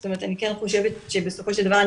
זאת אומרת אני כן חושבת שבסופו של דבר,